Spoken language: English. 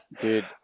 dude